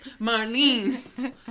Marlene